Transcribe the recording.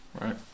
Right